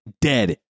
dead